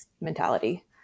mentality